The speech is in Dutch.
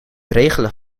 regelen